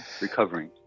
recovering